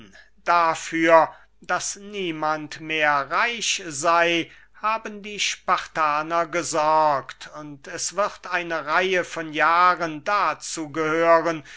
dafür daß niemand mehr reich sey haben die spartaner gesorgt und es wird eine reihe von jahren dazu gehören